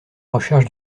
recherche